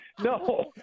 No